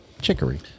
chicory